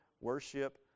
worship